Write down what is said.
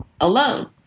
alone